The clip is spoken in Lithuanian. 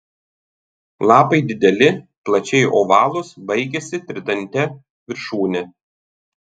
lapai dideli plačiai ovalūs baigiasi tridante viršūne